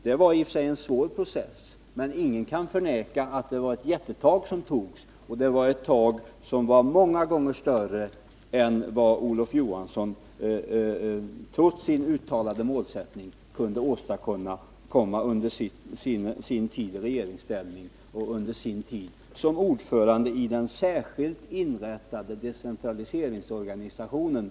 Det var i och för sig en svår process, men ingen kan förneka att det var jättetag som togs. De tagen var många gånger större än vad Olof Johansson, trots sin uttalade målsättning, kunde åstadkomma under sin tid i regeringsställning och under sin tid som ordförande i den särskilt inrättade decentraliseringsorganisationen.